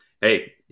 hey